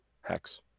hex